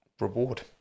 reward